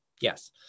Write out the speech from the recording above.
Yes